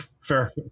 Fair